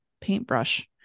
paintbrush